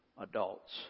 adults